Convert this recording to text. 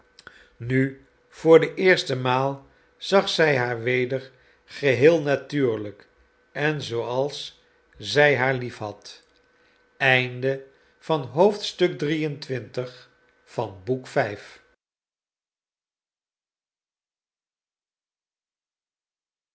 nu voor de eerste maal zag zij haar weder geheel natuurlijk en zooals zij haar liefhad